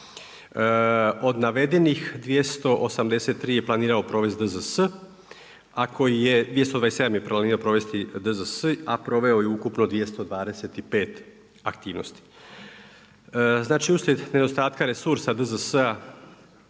Od navedenih 283 je planirao provesti DZS, ako je 227 je planirao provesti DZS, a proveo je ukupno 225 aktivnosti. Znači uslijed nedostatka resursa DZS-a